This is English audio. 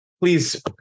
please